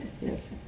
Yes